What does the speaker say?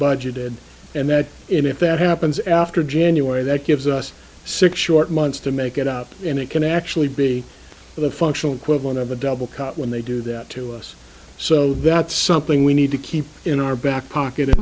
budgeted and that if that happens after january that gives us six short months to make it up and it can actually be the functional equivalent of a double cut when they do that to us so that's something we need to keep in our back pocket a